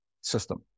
system